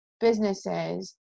businesses